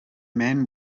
men